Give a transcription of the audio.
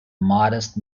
modest